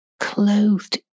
clothed